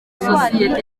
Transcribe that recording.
sosiyete